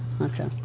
Okay